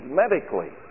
medically